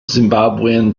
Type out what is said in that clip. zimbabwean